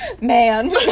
Man